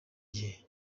gihe